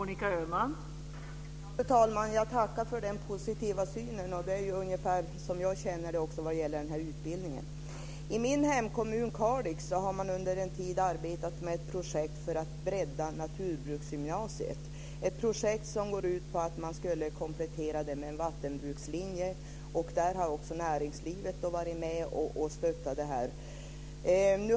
Fru talman! Jag tackar för den positiva beskrivningen. Det är ungefär samma syn på den här utbildningen som jag har. I min hemkommun Kalix har man under en tid arbetat med ett projekt för att bredda naturbruksgymnasiet. Projektet går ut på en komplettering av gymnasiet med en vattenbrukslinje. Också näringslivet har stöttat detta projekt.